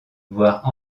voire